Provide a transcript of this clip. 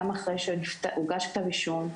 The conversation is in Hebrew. גם אחרי שהוגש כתב אישום,